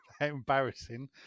Embarrassing